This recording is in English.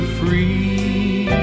free